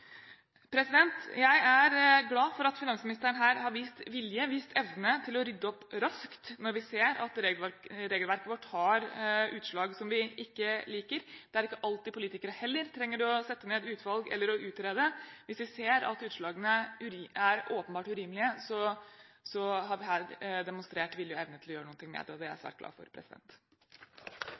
Jeg er glad for at finansministeren her har vist vilje og evne til å rydde opp raskt når vi ser at regelverket vårt har utslag som vi ikke liker. Det er ikke alltid politikere heller trenger å sette ned utvalg eller å utrede hvis vi ser at utslagene er åpenbart urimelige. Her har vi demonstrert vilje og evne til å gjøre noe med det, og det er jeg svært glad for.